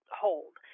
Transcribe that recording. hold